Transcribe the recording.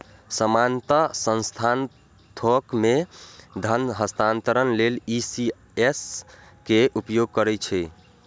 सामान्यतः संस्थान थोक मे धन हस्तांतरण लेल ई.सी.एस के उपयोग करै छै